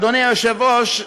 אדוני היושב-ראש,